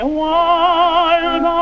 wild